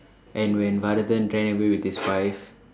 and when Varadhan ran away with his wife